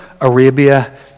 Arabia